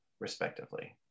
respectively